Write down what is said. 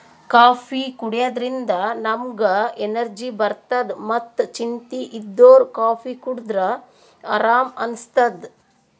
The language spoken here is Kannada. ಕಾಫೀ ಕುಡ್ಯದ್ರಿನ್ದ ನಮ್ಗ್ ಎನರ್ಜಿ ಬರ್ತದ್ ಮತ್ತ್ ಚಿಂತಿ ಇದ್ದೋರ್ ಕಾಫೀ ಕುಡದ್ರ್ ಆರಾಮ್ ಅನಸ್ತದ್